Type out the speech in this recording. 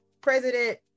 president